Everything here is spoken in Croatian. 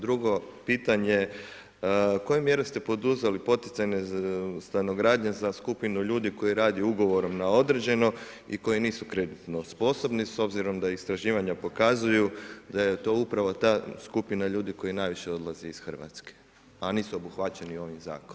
Drugo pitanje, koje mjere ste poduzeli poticajne stanogradnje za skupinu ljudi koji rade ugovorom na određeno i koji nisu kreditno sposobni s obzirom da istraživanja pokazuju da je to upravo ta skupina ljudi koja najviše odlazi iz Hrvatske, a nisu obuhvaćeni ovim zakonom?